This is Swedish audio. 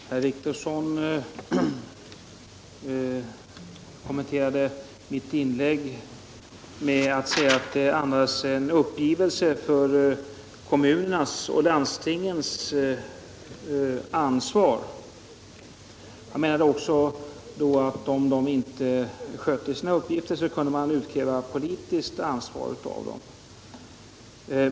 Herr talman! Herr Wictorsson kommenterade mitt inlägg med att säga att det andas uppgivelse inför kommunernas och landstingens ansvar. Han menade att om kommuner och landsting inte sköter sina uppgifter så kan man utkräva politiskt ansvar.